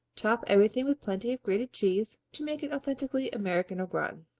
top everything with plenty of grated cheese to make it authentically american au gratin.